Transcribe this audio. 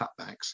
cutbacks